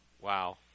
Wow